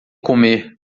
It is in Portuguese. comer